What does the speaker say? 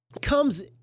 comes